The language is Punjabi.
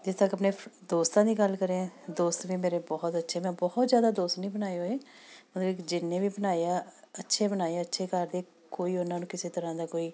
ਜਿੱਥੇ ਤੱਕ ਆਪਣੇ ਦੋਸਤਾਂ ਦੀ ਗੱਲ ਕਰਿਆ ਦੋਸਤ ਵੀ ਮੇਰੇ ਬਹੁਤ ਅੱਛੇ ਮੈਂ ਬਹੁਤ ਜ਼ਿਆਦਾ ਦੋਸਤ ਨਹੀਂ ਬਣਾਏ ਹੋਏ ਮਤਲਬ ਕਿ ਜਿੰਨੇ ਵੀ ਬਣਾਏ ਆ ਅੱਛੇ ਬਣਾਏ ਅੱਛੇ ਘਰ ਦੇ ਕੋਈ ਉਹਨਾਂ ਨੂੰ ਕਿਸੇ ਤਰ੍ਹਾਂ ਦਾ ਕੋਈ